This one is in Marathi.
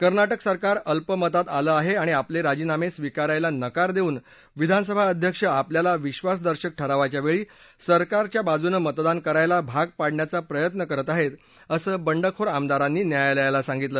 कर्नाटक सरकार अल्पमतात आलं आहे आणि आपले राजीनामे स्वीकारायला नकार देऊन विधानसभा अध्यक्ष आपल्याला विश्वासदर्शक ठरावाच्या वेळी सरकारच्या बाजूनं मतदान करायला भाग पाडण्याचा प्रयत्न करत आहेत असं बंडखोर आमदारांनी न्यायालयाला सांगितलं